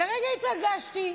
לרגע התרגשתי,